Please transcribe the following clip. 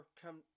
come